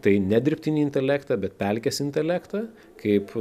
tai ne dirbtinį intelektą bet pelkės intelektą kaip